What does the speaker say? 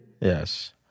Yes